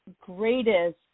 greatest